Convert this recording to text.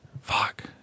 fuck